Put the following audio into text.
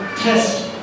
test